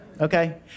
okay